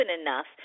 Enough